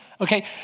Okay